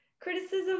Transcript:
criticism